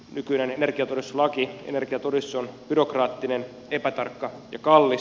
nykyinen energiatodistus on byrokraattinen epätarkka ja kallis